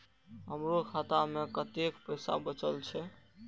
हमरो खाता में कतेक पैसा बचल छे?